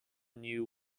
new